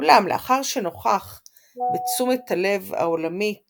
אולם לאחר שנוכח בתשומת הלב העולמית